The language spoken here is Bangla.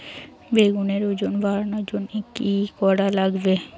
বেগুনের ওজন বাড়াবার জইন্যে কি কি করা লাগবে?